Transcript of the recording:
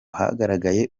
hagaragaye